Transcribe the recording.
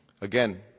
Again